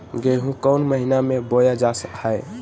गेहूँ कौन महीना में बोया जा हाय?